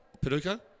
Paducah